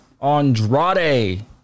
Andrade